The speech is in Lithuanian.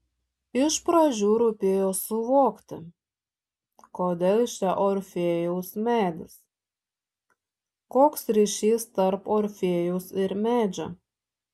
iš pradžių rūpėjo suvokti kodėl čia orfėjaus medis koks ryšys tarp orfėjaus ir medžio